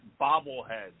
bobbleheads